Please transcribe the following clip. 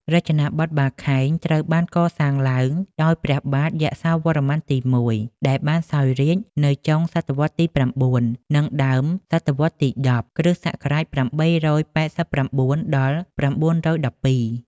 រចនាបថបាខែង ត្រូវបានក៏សាងឡើងដោយព្រះបាទយសោវ្ម័នទី១ ដែលបានសោយរាជ្យនៅចុងសតវត្សទី៩ និងដើមសតវត្សទី១០ (គ.ស. ៨៨៩-៩១២)។